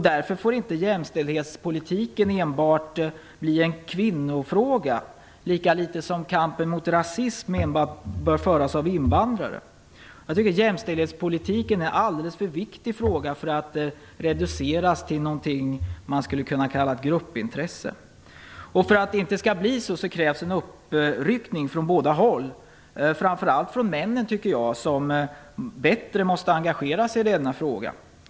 Därför får inte jämställdhetspolitiken enbart bli en kvinnofråga, lika litet som kampen mot rasism enbart bör föras av invandrare. Jag tycker att jämställdhetspolitiken är en alldeles för viktig fråga för att reduceras till något som skulle kunna kallas för gruppintresse. För att det inte skall bli så, krävs en uppryckning från båda håll, framför allt från männen som bättre måste engagera sig i denna fråga.